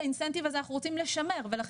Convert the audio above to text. את האינסנטיב הזה אנחנו רוצים לשמר ולכן